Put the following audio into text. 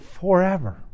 forever